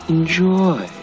Enjoy